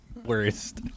worst